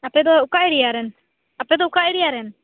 ᱟᱯᱮᱫᱚ ᱚᱠᱟ ᱮᱨᱤᱭᱟ ᱨᱮᱱ